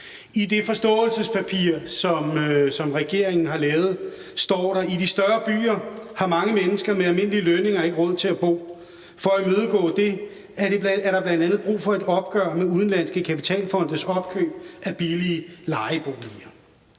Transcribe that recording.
I det forståelsespapir, som regeringen har lavet, står der: »I de større byer har mange mennesker med almindelige lønninger ikke råd til at bo. For at imødegå det, er der blandt andet brug for et opgør med udenlandske kapitalfondes opkøb af billige lejeboliger.«